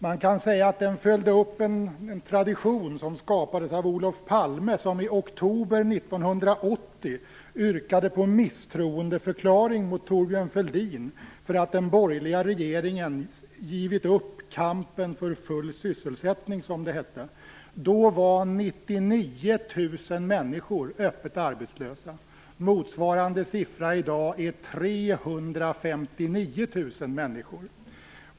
Man kan säga att den följde upp en tradition som skapades av Olof Palme, som i oktober 1980 yrkade på misstroendeförklaring mot Thorbjörn Fälldin, för att den borgerliga regeringen givit upp kampen för full sysselsättning, som det hette. Då var 99 000 människor öppet arbetslösa. Motsvarande siffra i dag är 359 000 människor.